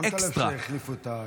שמת לב שהחליפו את היושב-ראש.